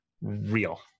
real